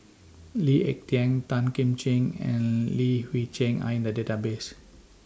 Lee Ek Tieng Tan Kim Ching and Li Hui Cheng Are in The Database